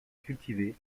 cultivé